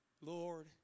Lord